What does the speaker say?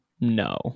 No